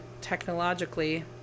technologically